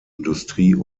industrie